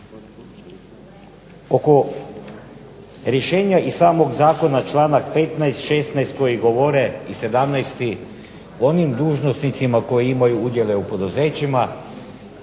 Oko rješenja iz samog zakona članak 15., 16.i 17. koji govore o onim dužnosnicima koji imaju udjele u poduzećima